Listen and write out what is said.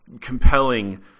compelling